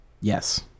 Yes